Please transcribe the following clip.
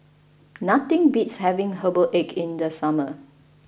nothing beats having herbal egg in the summer